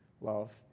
love